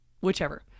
Whichever